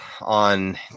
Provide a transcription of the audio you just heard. on